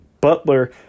Butler